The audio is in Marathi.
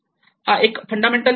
हा एक फंडामेंटल प्रश्न आहे